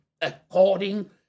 according